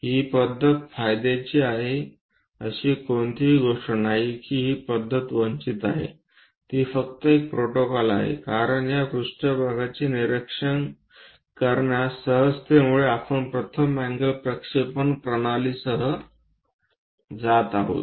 ही पद्धत फायद्याची आहे अशी कोणतीही गोष्ट नाही की ही पद्धत वंचित आहे ती फक्त एक प्रोटोकॉल आहे कारण या पृष्ठभागचे निरीक्षण करण्यास सहजतेमुळे आपण प्रथम अँगल प्रक्षेपण प्रणालीसह जात आहोत